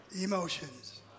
Emotions